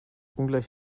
ungleich